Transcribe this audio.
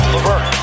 Levert